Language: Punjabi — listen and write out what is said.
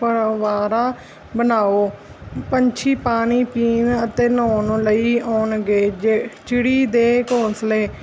ਫਰਵਾਰਾ ਬਣਾਓ ਪੰਛੀ ਪਾਣੀ ਪੀਣ ਅਤੇ ਨਹਾਉਣ ਨੂੰ ਲਈ ਆਉਣਗੇ ਜੇ ਚਿੜੀ ਦੇ ਘੋਂਸਲੇ